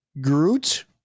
Groot